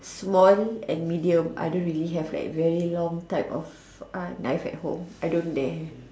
small and medium I don't really have like very long type of knife at home I don't there